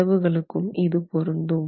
கதவுகளுக்கும் இது பொருந்தும்